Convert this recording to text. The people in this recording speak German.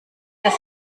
das